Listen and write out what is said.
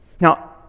Now